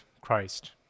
Christ